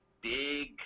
big